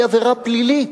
היא עבירה פלילית.